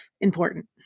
important